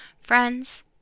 Friends